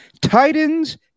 Titans